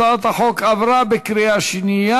הצעת החוק עברה בקריאה שנייה.